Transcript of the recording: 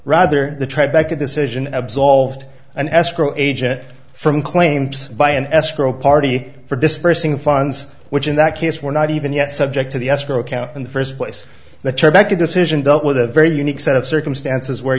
rather the tribeca decision absolved an escrow agent from claims by an escrow party for dispersing funds which in that case were not even yet subject to the escrow account in the first place the chair back a decision dealt with a very unique set of circumstances where